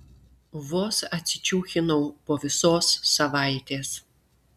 vos atsičiūchinau po visos savaitės